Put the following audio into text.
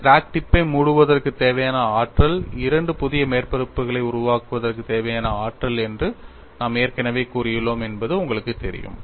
crack tip பை மூடுவதற்குத் தேவையான ஆற்றல் இரண்டு புதிய மேற்பரப்புகளை உருவாக்குவதற்குத் தேவையான ஆற்றல் என்று நாம் ஏற்கனவே கூறியுள்ளோம் என்பது உங்களுக்குத் தெரியும்